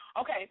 Okay